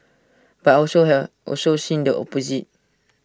but also have also seen the opposite